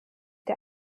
der